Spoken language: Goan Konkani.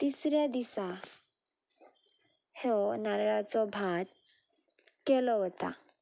तिसऱ्या दिसा हो नारळाचो भात केलो वता